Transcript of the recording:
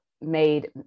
made